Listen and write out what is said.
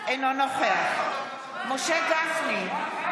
אינו נוכח משה גפני,